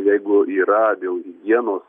jeigu yra dėl higienos